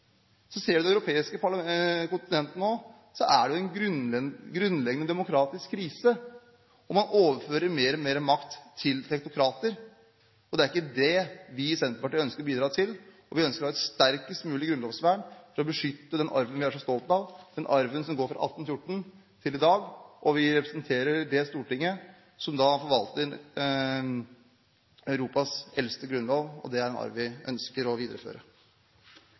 så stolt av, den arven som går fra 1814 og til i dag. Vi representerer det Stortinget som forvalter Europas eldste grunnlov, og det er en arv vi ønsker å videreføre.